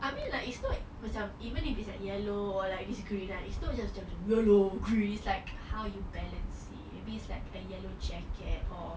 I mean it's not like macam I mean even if it's yellow or like this green right it's not just yellow green it's like how you balance it maybe it's like a yellow jacket or